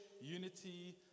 unity